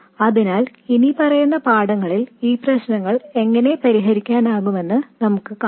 അതിനാൽ ഇനിപ്പറയുന്ന പാഠങ്ങളിൽ ഈ പ്രശ്നങ്ങൾ എങ്ങനെ പരിഹരിക്കാമെന്ന് നമുക്ക് കാണാം